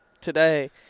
today